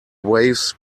waves